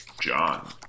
John